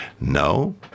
No